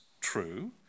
true